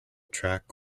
track